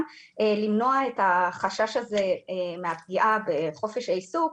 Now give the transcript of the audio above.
למנוע את החשש הזה מהפגיעה בחופש העיסוק,